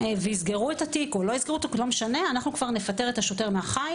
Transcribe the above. ויסגרו את התיק או לא יסגרו אנחנו כבר נפטר את השוטר מהחיל